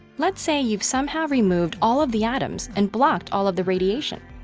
let's say you've somehow removed all of the atoms and blocked all of the radiation.